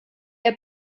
ihr